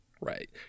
Right